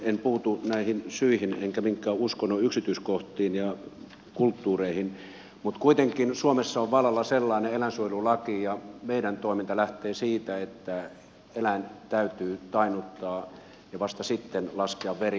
en puutu näihin syihin enkä minkään uskonnon yksityiskohtiin ja kulttuureihin mutta kuitenkin suomessa on vallalla sellainen eläinsuojelulaki ja meidän toimintamme lähtee siitä että eläin täytyy tainnuttaa ja vasta sitten laskea veri